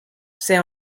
see